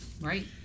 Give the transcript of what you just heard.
Right